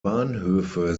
bahnhöfe